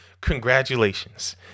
Congratulations